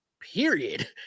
period